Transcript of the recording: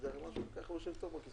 כך שהם הוחרגו מהמכסות